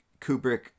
kubrick